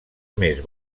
més